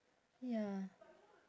ya